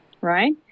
Right